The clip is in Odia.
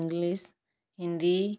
ଇଂଲିଶ ହିନ୍ଦୀ